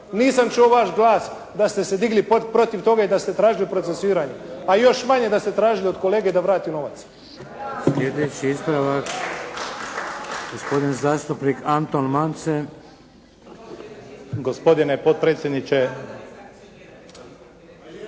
Nisam čuo vaš glas da ste se digli protiv toga i da ste tražili procesuiranje. Pa još manje, da ste tražili od kolege da vrati novac. **Šeks, Vladimir (HDZ)** Sljedeći ispravak, gospodin zastupnik Antom Mance. **Mance, Anton